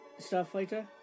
Starfighter